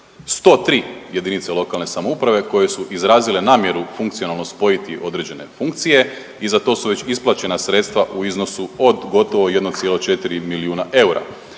103 JLS koje su izrazile namjeru funkcionalno spojiti određene funkcije i za to su već isplaćena sredstva u iznosu od gotovo 1,4 milijuna eura.